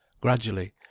Gradually